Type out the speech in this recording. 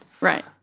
Right